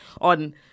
on